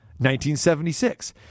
1976